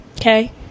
Okay